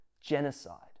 genocide